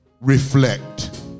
reflect